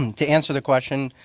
to answer the question,